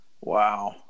Wow